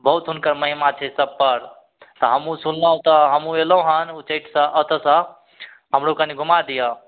बहुत हुनकर महिमा छै सबपर तऽ हमहुँ सुनलहुँ तऽ हमहुँ अयलहुँ हन उच्चैठसँ ओतयसँ हमरो कनि घुमा दिअ